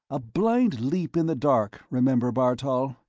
a blind leap in the dark, remember, bartol.